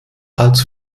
als